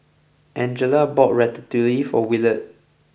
Angela bought Ratatouille for Williard